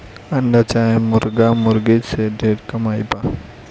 अंडा चाहे मुर्गा मुर्गी से ढेर कमाई बा